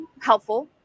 helpful